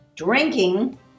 drinking